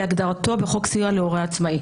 כהגדרתו בחוק סיוע להורה עצמאי.